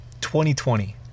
2020